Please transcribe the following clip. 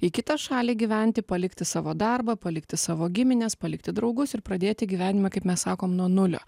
į kitą šalį gyventi palikti savo darbą palikti savo gimines palikti draugus ir pradėti gyvenimą kaip mes sakom nuo nulio